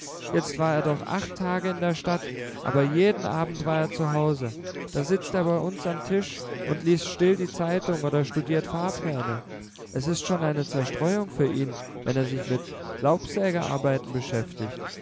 jetzt war er doch acht tage in der stadt aber jeden abend war er zu hause da sitzt er bei uns am tisch und liest still die zeitung oder studiert fahrpläne es ist schon eine zerstreuung für ihn wenn er sich mit laubsägearbeiten beschäftigt